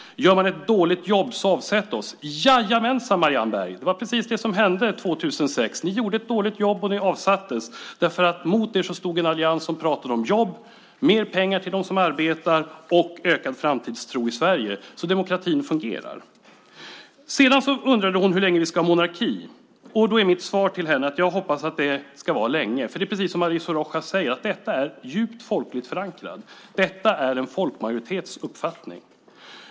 Gör vi ett dåligt jobb, så avsätt oss. Jajamänsan, Marianne Berg, det var precis det som hände 2006. Ni gjorde ett dåligt jobb, och ni avsattes. Mot er stod en allians som pratade om jobb, mer pengar till dem som arbetar och ökad framtidstro i Sverige. Demokratin fungerar. Sedan undrade hon hur länge vi ska ha monarki. Då är mitt svar till henne att jag hoppas att det ska vara länge. Det är precis som Mauricio Rojas säger, att detta är djupt folkligt förankrat. Detta är en folkmajoritets uppfattning.